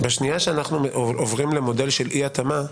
כאשר אנחנו עוברים למודל של אי התאמה,